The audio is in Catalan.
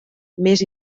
més